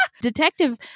Detective